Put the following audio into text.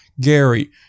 Gary